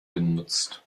genutzt